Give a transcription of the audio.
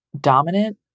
dominant